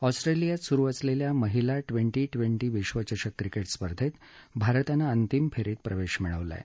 ऑस्ट्रेलियात सुरू असलेल्या महिला ट्वेंटी ट्वेंटी विक्वचषक क्रिकेट स्पर्धेत भारतानं अंतिम फेरीत प्रवेश मिळवला आहे